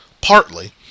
partly